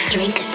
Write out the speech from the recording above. Drink